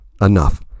enough